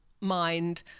mind